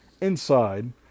inside